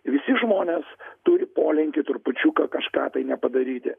visi žmonės turi polinkį trupučiuką kažką tai nepadaryti